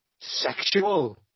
sexual